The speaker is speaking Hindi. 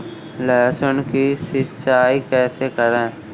लहसुन की सिंचाई कैसे करें?